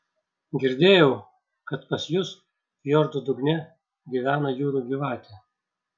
girdėjau kad pas jus fjordo dugne gyvena jūrų gyvatė